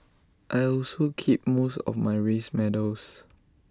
I also keep most of my race medals